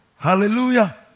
Hallelujah